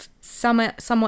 somewhat